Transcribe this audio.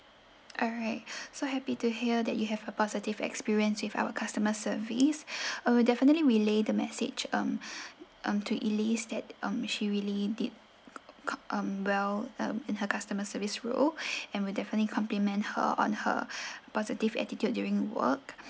alright so happy to hear that you have a positive experience with our customer service uh definitely relay the message um um to elise that um she really did co~ um well um in her customer service role and we'll definitely compliment her on her positive attitude during work